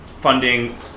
funding